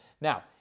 Now